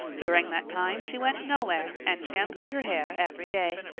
during that time she went nowhere and shampooed her hair every day.